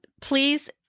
Please